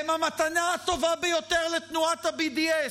הם המתנה הטובה ביותר לתנועות ה-BDS.